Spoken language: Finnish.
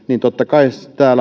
totta kai